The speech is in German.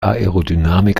aerodynamik